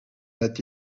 that